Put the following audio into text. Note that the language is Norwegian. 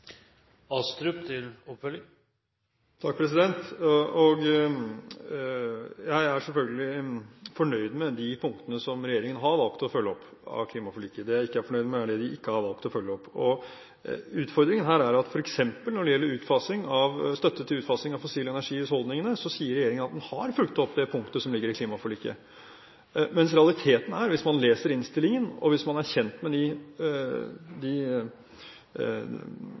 Jeg er selvfølgelig fornøyd med de punktene av klimaforliket som regjeringen har valgt å følge opp. Det jeg ikke er fornøyd med, er det de ikke har valgt å følge opp. Utfordringen her er at f.eks. når det gjelder støtte til utfasing av fossil energi i husholdningene, sier regjeringen at den har fulgt opp det punktet som ligger i klimaforliket. Men realiteten er, hvis man leser innstillingen og hvis man er kjent med innholdet i de